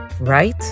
right